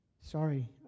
Sorry